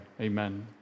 amen